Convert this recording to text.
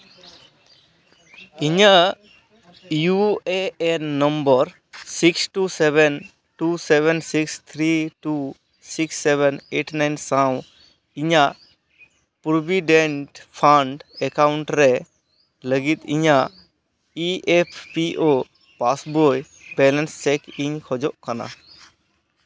ᱤᱧᱟᱹᱜ U A N number six two seven two seven six three two six seven eight nine ᱥᱟᱶ ᱤᱧᱟᱹᱜ provident fund account ᱨᱮ ᱞᱟᱹᱜᱤᱫ ᱤᱧᱟᱹᱜ E F P O passbook balance check ᱤᱧ ᱠᱷᱚᱡᱚᱜ ᱠᱟᱱᱟ